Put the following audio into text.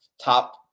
top